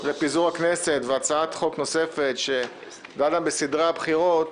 לפיזור הכנסת והצעת חוק נוספת שדנה בסדרי הבחירות,